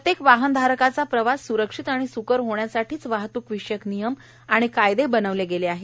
प्रत्येक वाहनधारकाचा प्रवास स्रक्षित आणि सुकर होण्यासाठीच वाहतूक विषयक नियम आणि कायदे बनविले गेले आहेत